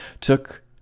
took